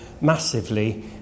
massively